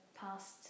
past